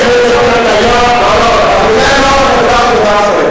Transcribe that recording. זאת התניה, אבל זו לא החלטה של ועדת שרים.